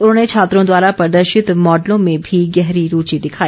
उन्होंने छात्रों द्वारा प्रदर्शित मॉडलों में भी गहरी रूचि दिखाई